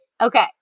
Okay